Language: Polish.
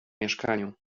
mieszkaniu